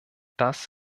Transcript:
das